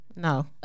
No